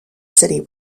city